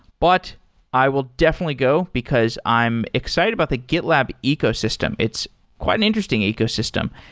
but i will definitely go, because i'm excited about the gitlab ecosystem. it's quite an interesting ecosystem.